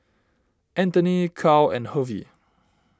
Anthony Carl and Hervey